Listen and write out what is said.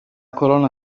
colonna